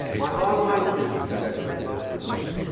my online students you guys can tune out for a second.